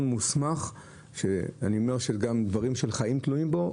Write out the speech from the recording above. מוסמך שגם דברים של חיים תלויים בו,